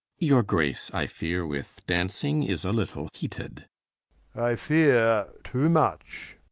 your grace i feare, with dancing is a little heated i feare too much